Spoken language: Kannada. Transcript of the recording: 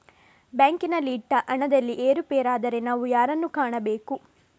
ಬ್ಯಾಂಕಿನಲ್ಲಿ ಇಟ್ಟ ಹಣದಲ್ಲಿ ಏರುಪೇರಾದರೆ ನಾವು ಯಾರನ್ನು ಕಾಣಬೇಕು?